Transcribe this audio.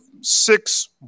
six